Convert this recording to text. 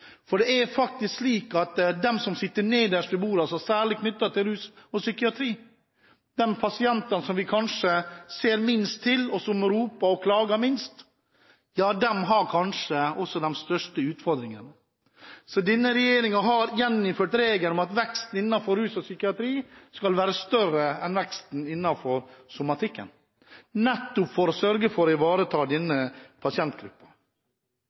for det er faktisk slik at de som sitter nederst ved bordet, særlig knyttet til rus og psykiatri – de pasientene vi kanskje ser minst til, og som roper og klager minst – kanskje også har de største utfordringene. Så denne regjeringen har gjeninnført regelen om at veksten innenfor rus og psykiatri skal være større enn veksten innenfor somatikken – nettopp for å sørge for å ivareta denne